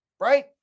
Right